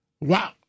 Wow